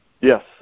Yes